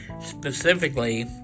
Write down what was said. Specifically